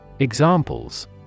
Examples